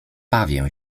bawię